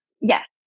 Yes